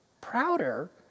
prouder